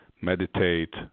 meditate